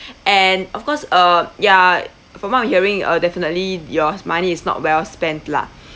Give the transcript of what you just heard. and of course uh ya from what I'm hearing uh definitely your money is not well spent lah